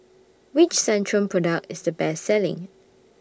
Which Centrum Product IS The Best Selling